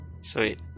Sweet